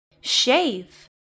Shave